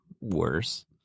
Worse